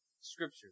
scripture